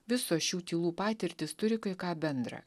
visos šių tylų patirtis turi kai ką bendrą